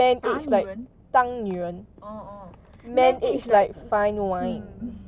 打女人 orh orh man age like mm mm